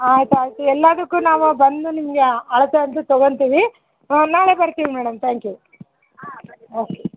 ಆಯ್ತು ಆಯ್ತು ಎಲ್ಲದಕ್ಕು ನಾವು ಬಂದು ನಿಮಗೆ ಅಳತೆಯಂತು ತೊಗೊಂತೀವಿ ಹ್ಞೂ ನಾಳೆ ಬರ್ತೀವಿ ಮೇಡಮ್ ತ್ಯಾಂಕ್ ಯು ಓಕೆ